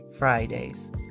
Fridays